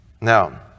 Now